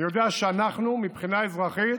אני יודע שאנחנו מבחינה אזרחית